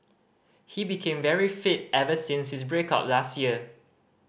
he became very fit ever since his break up last year